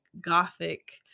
gothic